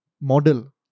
model